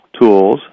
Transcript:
tools